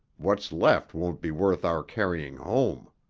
what's left won't be worth our carrying home.